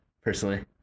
personally